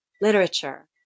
literature